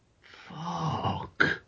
Fuck